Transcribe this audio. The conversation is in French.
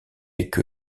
avec